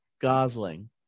Gosling